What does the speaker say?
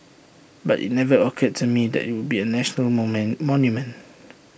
but IT never occurred to me that IT would be A national moment monument